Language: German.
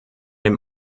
dem